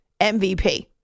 MVP